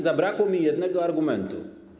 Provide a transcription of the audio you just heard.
Zabrakło mi jednego argumentu.